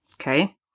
Okay